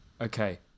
Okay